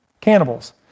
Cannibals